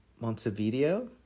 Montevideo